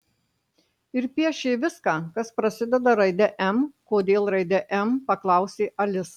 ir piešė viską kas prasideda raide m kodėl raide m paklausė alisa